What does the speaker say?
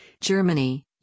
Germany